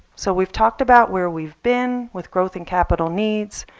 so we've talked about where we've been with growth and capital needs,